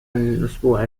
الأسبوع